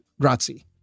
grazie